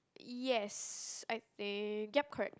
yes and they yup correct